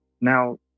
now